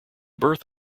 birth